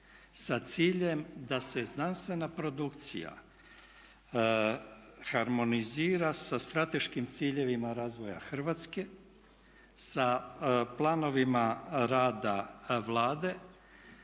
sa ciljem da se znanstvena produkcija harmonizira sa strateškim ciljevima razvoja Hrvatske, sa planovima rada Vlade